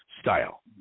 style